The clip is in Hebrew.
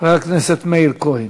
חבר הכנסת מאיר כהן.